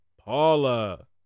paula